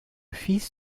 fils